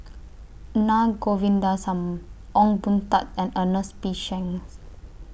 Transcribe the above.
Na Govindasamy Ong Boon Tat and Ernest P Shanks